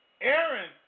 Aaron